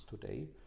today